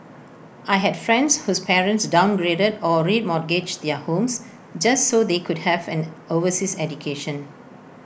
I had friends whose parents downgraded or remortgaged their homes just so they could have an overseas education